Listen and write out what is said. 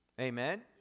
Amen